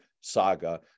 saga